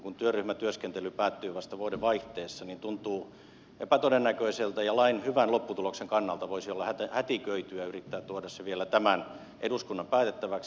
kun työryhmätyöskentely päättyy vasta vuodenvaihteessa niin tuntuu epätodennäköiseltä lain hyvän lopputuloksen kannalta voisi olla hätiköityä yrittää tuoda se vielä tämän eduskunnan päätettäväksi